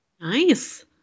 Nice